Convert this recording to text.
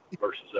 versus